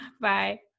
Bye